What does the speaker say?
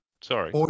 sorry